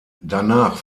danach